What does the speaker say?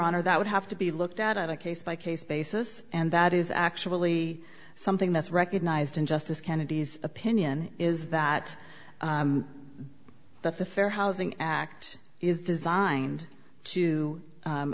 honor that would have to be looked at on a case by case basis and that is actually something that's recognized in justice kennedy's opinion is that the fair housing act is designed to